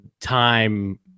time